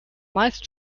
meist